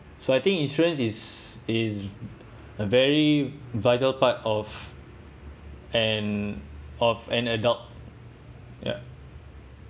so I think insurance is is a very vital part of an of an adult ya